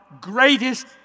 greatest